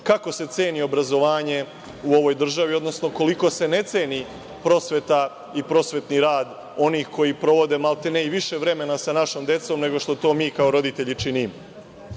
kako se ceni obrazovanje u ovoj državi, odnosno koliko se ne ceni prosveta i prosvetni rad onih koji provode maltene više vremena sa našom decom nego što to mi kao roditelji